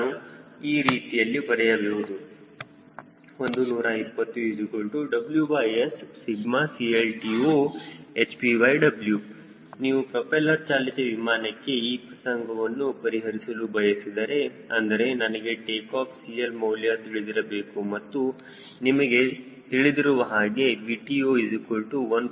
ನಾನು ಈ ರೀತಿಯಲ್ಲಿ ಬರೆಯಬಹುದು 120WSCLTO ನೀವು ಪ್ರೋಪೆಲ್ಲರ್ ಚಾಲಿತ ವಿಮಾನಕ್ಕೆ ಈ ಪ್ರಸಂಗವನ್ನು ಪರಿಹರಿಸಲು ಬಯಸಿದರೆ ಅಂದರೆ ನನಗೆ ಟೇಕಾಫ್ CL ಮೌಲ್ಯವು ತಿಳಿದಿರಬೇಕು ಮತ್ತು ನಿಮಗೆ ತಿಳಿದಿರುವ ಹಾಗೆ VTO1